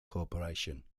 corporation